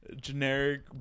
generic